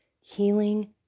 healing